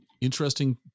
interesting